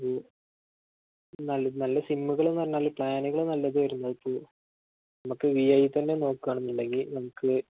നല്ല നല്ല സിമ്മുകളെന്ന് പറഞ്ഞാല് പ്ലാനുകള് നല്ലത് വരുന്നത് ഇപ്പോള് നമുക്ക് വി ഐ തന്നെ നോക്കുകയാണെന്നുണ്ടെങ്കില് നമുക്ക്